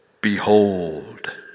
Behold